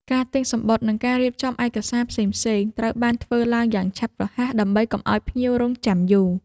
ការទិញសំបុត្រ និងការរៀបចំឯកសារផ្សេងៗត្រូវបានធ្វើឡើងយ៉ាងឆាប់រហ័ស ដើម្បីកុំឱ្យភ្ញៀវរង់ចាំយូរ។